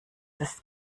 ist